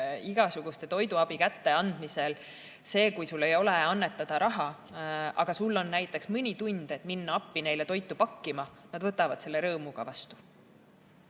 igasuguse toiduabi kätteandmisel. Kui sul ei ole annetada raha, aga sul on näiteks mõni tund, et minna appi neile toitu pakkima, siis nad võtavad selle abi rõõmuga vastu.